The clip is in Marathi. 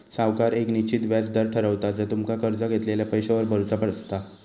सावकार येक निश्चित व्याज दर ठरवता जा तुमका कर्ज घेतलेल्या पैशावर भरुचा असता